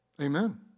Amen